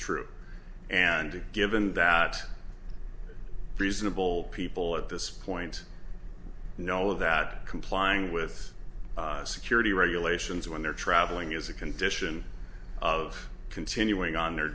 true and given that reasonable people at this point know that complying with security regulations when they're traveling as a condition of continuing on their